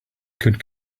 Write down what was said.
could